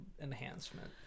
enhancement